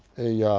a